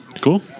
Cool